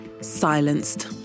Silenced